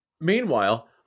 Meanwhile